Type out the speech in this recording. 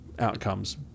outcomes